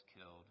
killed